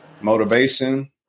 Motivation